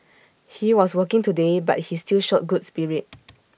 he was working today but he still showed good spirit